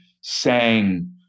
sang